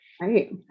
Right